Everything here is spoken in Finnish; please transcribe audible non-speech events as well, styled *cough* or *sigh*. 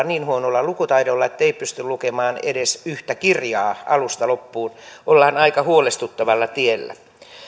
*unintelligible* niin huonolla lukutaidolla ettei pysty lukemaan edes yhtä kirjaa alusta loppuun ollaan aika huolestuttavalla tiellä